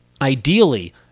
ideally